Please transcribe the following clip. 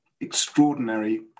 extraordinary